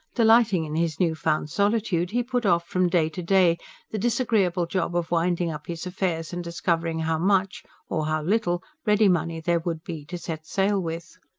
delighting in his new-found solitude, he put off from day to day the disagreeable job of winding up his affairs and discovering how much or how little ready money there would be to set sail with.